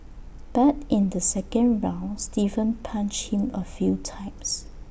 but in the second round Steven punched him A few times